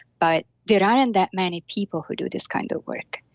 but there aren't and that many people who do this kind of work.